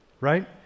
right